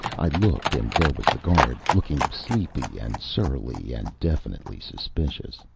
i looked, and there was the guard, looking sleepy and surly and definitely suspicious